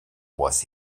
was